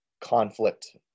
conflict